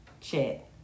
chat